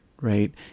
Right